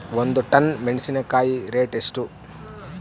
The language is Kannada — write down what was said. ಒಂದು ಟನ್ ಮೆನೆಸಿನಕಾಯಿ ರೇಟ್ ಎಷ್ಟು?